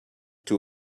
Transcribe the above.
two